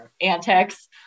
antics